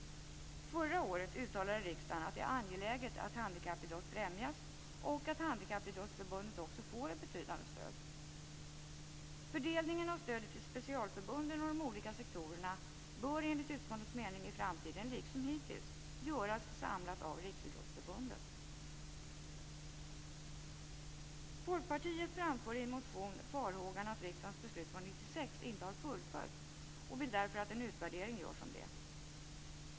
Förra året uttalade riksdagen att det är angeläget att handikappidrott främjas och att Handikappidrottsförbundet också får ett betydande stöd. Fördelningen av stödet till specialförbunden och de olika sektorerna bör enligt utskottets mening i framtiden liksom hittills göras samlat av Folkpartiet framför i en motion farhågan att riksdagens beslut från 1996 inte har fullföljts. Därför vill Folkpartiet att en utvärdering görs om detta.